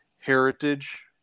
heritage